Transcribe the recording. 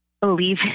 Believe